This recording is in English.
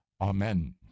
Amen